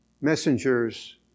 messengers